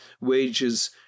wages